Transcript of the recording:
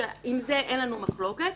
שעל זה אין לנו מחלוקת,